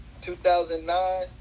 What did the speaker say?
2009